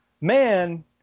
man